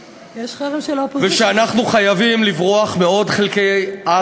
החלום: הקמת בית לאומי לעם היהודי